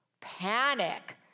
panic